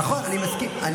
נכון, אני מסכים.